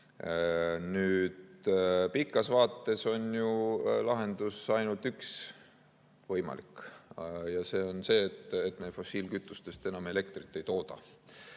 Nüüd, pikas vaates on ju võimalik ainult üks lahendus ja see on see, et me fossiilkütustest enam elektrit ei tooda.